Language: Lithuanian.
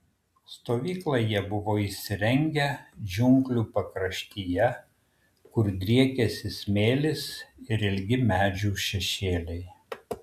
stovyklą jie buvo įsirengę džiunglių pakraštyje kur driekėsi smėlis ir ilgi medžių šešėliai